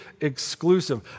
exclusive